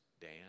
Dan